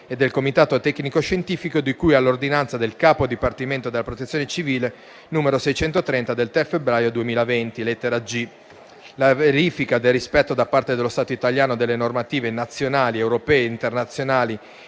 e del Comitato tecnico-scientifico di cui all'ordinanza del Capo del dipartimento della protezione civile n. 630 del 3 febbraio 2020 (lettera *g*); la verifica del rispetto da parte dello Stato italiano delle normative nazionali, europee e internazionali